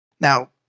Now